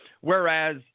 Whereas